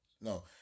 no